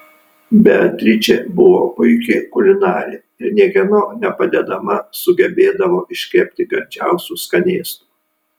beatričė buvo puiki kulinarė ir niekieno nepadedama sugebėdavo iškepti gardžiausių skanėstų